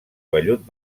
vellut